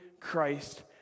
Christ